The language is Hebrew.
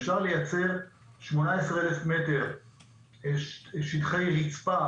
אפשר לייצר 18,000 מטר שטחי ריצפה,